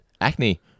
Acne